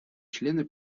члены